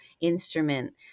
instrument